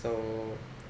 so